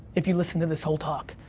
if you listen to this whole talk,